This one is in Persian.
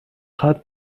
هات